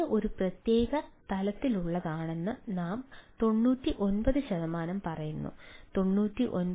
ഇത് ഒരു പ്രത്യേക തലത്തിലുള്ളതാണെന്ന് ഞാൻ 99 ശതമാനം പറയുന്നു 99